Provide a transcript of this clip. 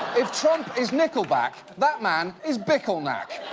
if trump is nickelback, that man is bickleknack.